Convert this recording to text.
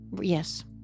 Yes